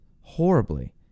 horribly